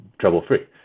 trouble-free